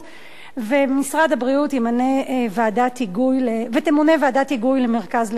ותמונה ועדת היגוי למרכז להשתלות.